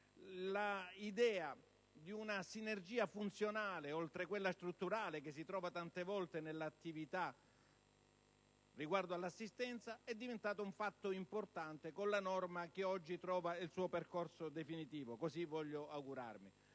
L'idea di una sinergia funzionale, oltre quella strutturale che si trova tante volte nelle attività riguardo all'assistenza, è diventata un fatto importante con la norma che oggi trova il suo percorso, così voglio augurarmi,